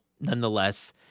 Nonetheless